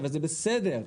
וזה בסדר,